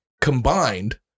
combined